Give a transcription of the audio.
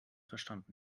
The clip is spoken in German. verstanden